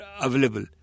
available